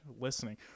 listening